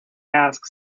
ask